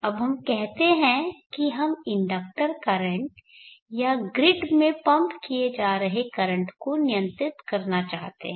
अब हम कहते हैं कि हम इंडक्टर करंट या ग्रिड में पंप किये जा रहे करंट को नियंत्रित करना चाहते हैं